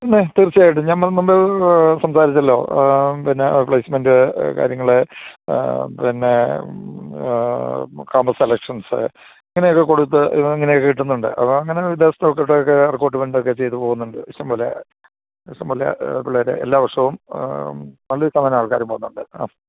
പിന്നെ തീർച്ചയായിട്ടും നമ്മൾ മുമ്പേ സംസാരിച്ചല്ലോ പിന്നെ പ്ലെയിസ്മെൻറ്റ് കാര്യങ്ങൾ പിന്നെ ക്യാമ്പസ് സെലെക്ഷൻസ് ഇങ്ങനെയൊക്കെ കൊടുത്ത് ഇങ്ങനെയൊക്കെ കിട്ടുന്നുണ്ട് അപ്പോൾ അങ്ങനെ ജെസ്റ്റ് നോക്കീട്ടൊക്കെ റിക്രൂട്മെൻറ്റൊക്കെ ചെയ്ത് പോകുന്നുണ്ട് ഇഷ്ടം പോലെ ഇഷ്ടം പോലെ പിള്ളേർ എല്ലാ വർഷവും നല്ലൊരു ശതമാനം ആൾക്കാർ പോകുന്നുണ്ട് ആ